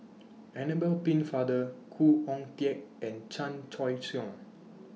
Annabel Pennefather Khoo Oon Teik and Chan Choy Siong